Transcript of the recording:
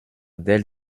del